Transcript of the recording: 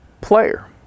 player